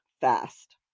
fast